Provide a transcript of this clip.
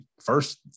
first